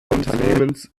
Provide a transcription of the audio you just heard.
unternehmens